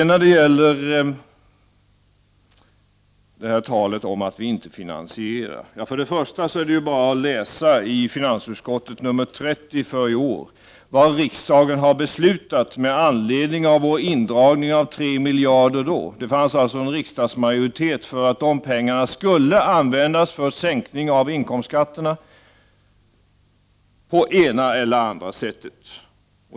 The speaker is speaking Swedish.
När det gäller talet om att vi inte finansierar är det bara att läsa i finansutskottets betänkande nr 30, som kom tidigare i år, vad riksdagen har beslutat med anledning av vårt förslag till indragning av 3 miljarder. Det fanns alltså en riksdagsmajoritet för att de pengarna skulle användas för sänkning av inkomstskatten på det ena eller andra sättet.